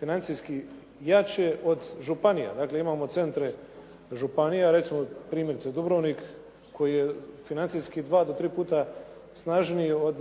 financijski jače od županija. Dakle, imamo centre županija, recimo primjerice Dubrovnik koji je financijski dva do tri puta snažniji od